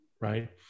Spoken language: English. right